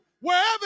wherever